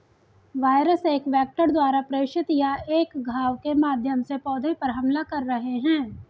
virus एक vector द्वारा प्रेषित या एक घाव के माध्यम से पौधे पर हमला कर रहे हैं